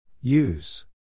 use